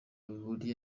bihuriye